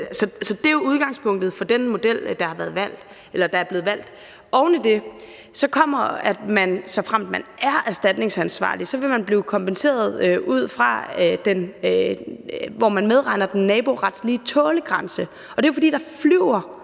Så det er jo udgangspunktet for den model, der er blevet valgt. Oven i det gælder, at man, såfremt man er erstatningsberettiget, vil blive kompenseret ud fra, at man medregner den naboretlige tålegrænse. Det er jo, fordi der flyver